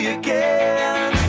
again